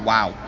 Wow